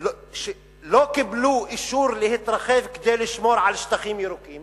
לא קיבלו אישור להתרחב כדי לשמור על שטחים ירוקים